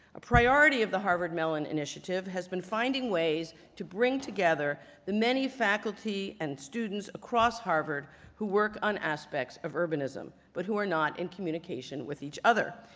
a priority of the harvard mellon initiative has been finding ways to bring together the many faculty and students across harvard who work on aspects of urbanism but who are not in communication with each other.